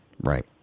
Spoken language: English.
Right